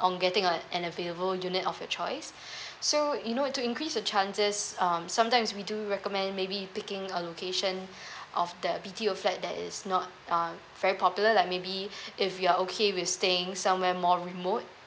on getting a and available unit of your choice so you know to increase the chances um sometimes we do recommend maybe you picking a location of the B_T_O flat that is not um very popular like maybe if you are okay with staying somewhere more remote